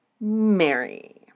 Mary